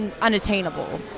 unattainable